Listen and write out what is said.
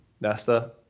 Nesta